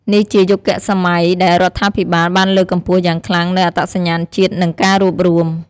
នេះជាយុគសម័យដែលរដ្ឋាភិបាលបានលើកកម្ពស់យ៉ាងខ្លាំងនូវអត្តសញ្ញាណជាតិ និងការរួបរួម។